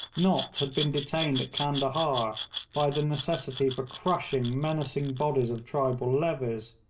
nott had been detained at candahar by the necessity for crushing menacing bodies of tribal levies,